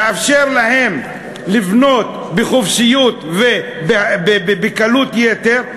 לאפשר להם לבנות בחופשיות ובקלות יתר.